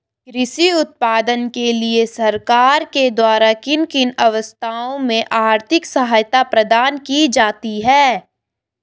कृषि उत्पादन के लिए सरकार के द्वारा किन किन अवस्थाओं में आर्थिक सहायता प्रदान की जाती है?